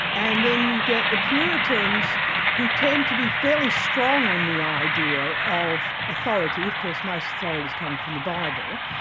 and then you get the puritans who tend to be fairly strong on the idea of authority, of course most authority's coming from the bible,